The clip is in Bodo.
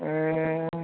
ए